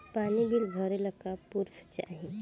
पानी बिल भरे ला का पुर्फ चाई?